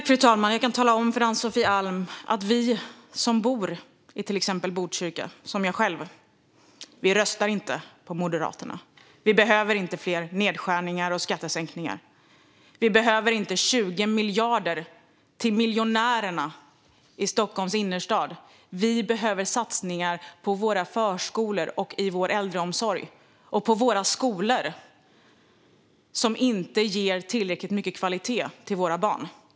Fru talman! Jag kan tala om för Ann-Sofie Alm att vi som bor i till exempel Botkyrka, som jag själv, vi röstar inte på Moderaterna. Vi behöver inte fler nedskärningar och skattesänkningar. Vi behöver inte 20 miljarder till miljonärerna i Stockholms innerstad. Vi behöver satsningar på våra förskolor och i vår äldreomsorg, och på våra skolor som inte ger tillräckligt mycket kvalitet till våra barn.